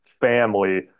family